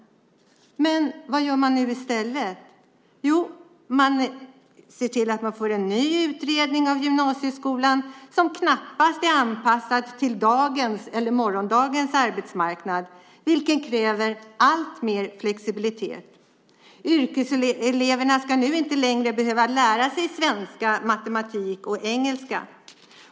Men vad gör man nu i stället? Jo, man ser till att man får en ny utredning av gymnasieskolan som knappast är anpassad till dagens eller morgondagens arbetsmarknad, vilken kräver alltmer flexibilitet. Yrkeseleverna ska nu inte längre behöva lära sig svenska, matematik och engelska.